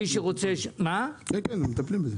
מטפלים בזה.